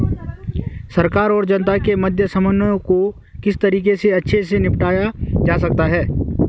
सरकार और जनता के मध्य समन्वय को किस तरीके से अच्छे से निपटाया जा सकता है?